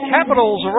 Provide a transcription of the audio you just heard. Capitals